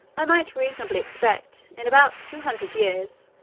i might reasonably expect, in about two hundred years,